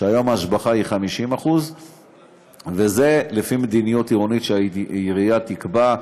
כשהיום ההשבחה היא 50% וזה לפי מדיניות עירונית שהעירייה תקבע.